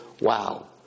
Wow